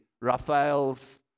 Raphael's